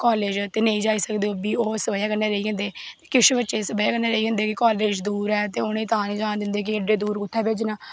college ते नेईं जाई सकदे उस बजह कन्नै ते नेईं जाई सकदे ओह् किश बच्चे इस बजह कन्नै रेही जंदे कि कालेज दूर ऐ उ'नें गी तां निं जाना दिंदे कि एड्डै दूर कुत्थै जाना